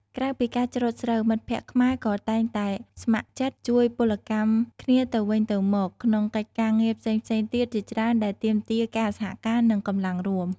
ក្រៅពីការច្រូតស្រូវ មិត្តភក្តិខ្មែរក៏តែងតែស្ម័គ្រចិត្តជួយពលកម្មគ្នាទៅវិញទៅមកក្នុងកិច្ចការងារផ្សេងៗទៀតជាច្រើនដែលទាមទារការសហការនិងកម្លាំងរួម។